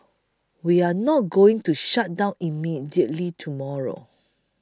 we are not going to shut down immediately tomorrow